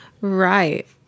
Right